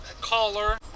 caller